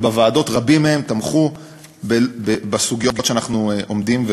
אבל בוועדות רבים מהם תמכו בסוגיות שאנחנו עומדים,